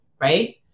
right